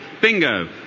Bingo